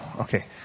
Okay